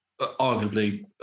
arguably